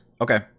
Okay